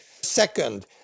Second